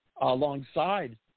alongside